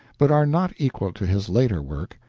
but are not equal to his later work,